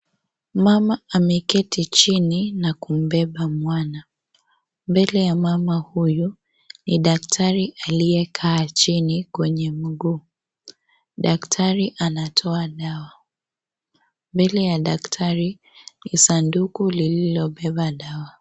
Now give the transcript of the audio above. Mama ameketi chini na kumbeba mwana. Mbele ya mama huyu ni daktari aliyekaa chini kwenye mguu, daktari anatoa dawa. Mbele ya daktari ni sanduku lililobea dawa.